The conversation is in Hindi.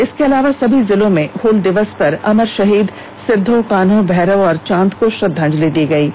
इसके अलावा सभी जिलों में हुल दिवस पर अमर शहीद सिदोकान्ह भैरव और चांद को श्रदांजलि दी जाएगी